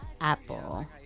Apple